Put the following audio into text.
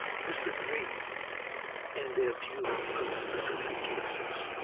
disagree in their view of specific cases.